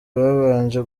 babanje